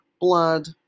blood